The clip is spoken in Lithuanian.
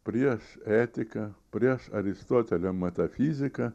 prieš etiką prieš aristotelio metafiziką